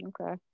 Okay